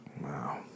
Wow